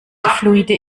fluide